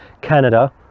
canada